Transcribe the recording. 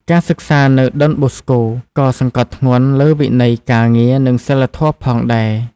ការសិក្សានៅដុនបូស្កូក៏សង្កត់ធ្ងន់លើវិន័យការងារនិងសីលធម៌ផងដែរ។